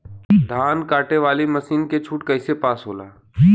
धान कांटेवाली मासिन के छूट कईसे पास होला?